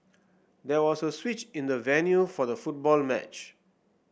there was a switch in the venue for the football match